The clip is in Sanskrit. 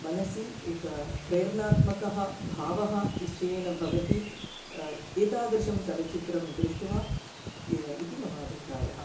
मनसि एकः प्रेरणात्मकः भावः निश्चयेन भवति एतादृशं चलचित्रं दृष्ट्वा इति मम अभिप्रायः